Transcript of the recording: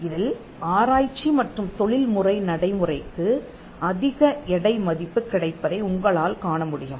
இதில் ஆராய்ச்சி மற்றும் தொழில் முறை நடைமுறைக்கு அதிக எடை மதிப்பு கிடைப்பதை உங்களால் காண முடியும்